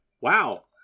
Wow